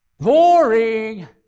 Boring